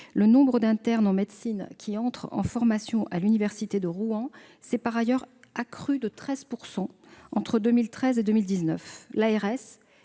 le nombre d'internes en médecine qui entrent en formation à l'université de Rouen s'est accru de 13 % entre 2013 et 2019. Par